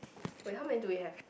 wait how many do we have